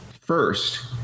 first